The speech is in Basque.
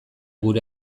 gure